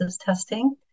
testing